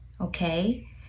Okay